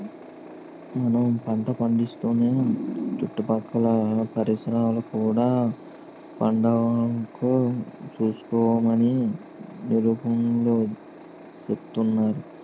మనం పంట పండిస్తూనే చుట్టుపక్కల పరిసరాలు కూడా పాడవకుండా సూసుకోమని నిపుణులు సెప్పేరు